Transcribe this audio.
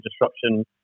disruption